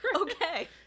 Okay